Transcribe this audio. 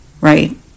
right